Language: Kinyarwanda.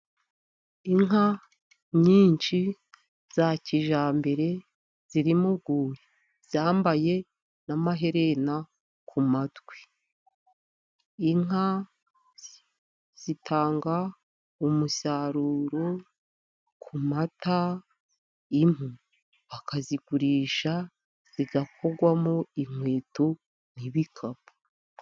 Inka nyinshi za kijyambere ziri mu rwuri, zambaye n'amaherena ku matwi. Inka zitanga umusaruro ku mata, impu bakazigurisha zigakorwamo inkweto n'ibikapu.